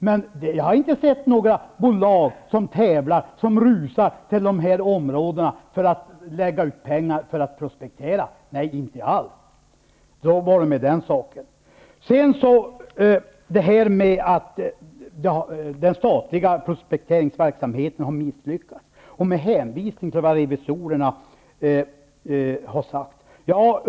Men jag har inte sett att några bolag har rusat till de områdena för att lägga ut pengar på att prospektera. Nej, inte alls! -- Så var det med den saken. Karin Falkmer säger, med hänvisning till vad revisorerna har sagt, att den statliga prospekteringsverksamheten har misslyckats.